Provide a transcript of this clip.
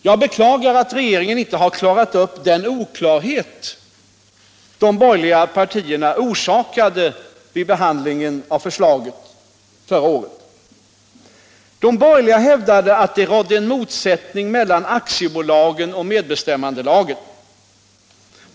Jag beklagar att regeringen inte klarat upp den oklarhet de borgerliga partierna orsakade vid behandlingen av förslaget förra året. De borgerliga hävdade att det rådde en motsättning mellan aktiebolagslagen och medbestämmandelagen.